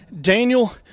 Daniel